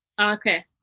Okay